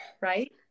right